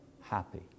happy